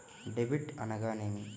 Debit అనగానేమి?